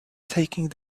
taking